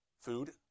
food